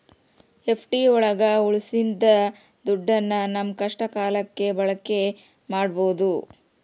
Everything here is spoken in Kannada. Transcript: ಎಫ್.ಡಿ ಒಳಗ ಉಳ್ಸಿದ ದುಡ್ಡನ್ನ ನಮ್ ಕಷ್ಟ ಕಾಲಕ್ಕೆ ಬಳಕೆ ಮಾಡ್ಬೋದು